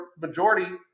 majority